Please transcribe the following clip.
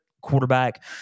Quarterback